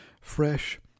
Fresh